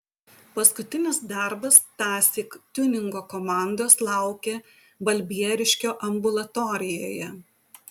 paskutinis darbas tąsyk tiuningo komandos laukė balbieriškio ambulatorijoje